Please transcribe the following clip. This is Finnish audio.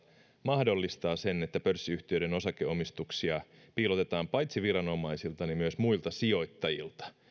mahdollistaa sen että pörssiyhtiöiden osakeomistuksia piilotetaan paitsi viranomaisilta myös muilta sijoittajilta